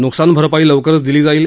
नुकसानीची भरपाई लवकरच दिली जाईल